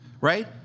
right